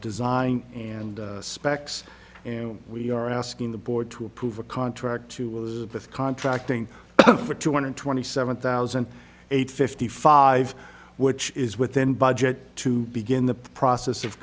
design and specs and we are asking the board to approve a contract to elizabeth contracting for two hundred twenty seven thousand eight fifty five which is within budget to begin the process of